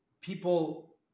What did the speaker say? people